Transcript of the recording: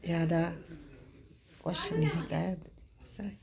ਜ਼ਿਆਦਾ ਕੁਛ ਨਹੀ ਕਹਿ ਸ